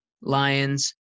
Lions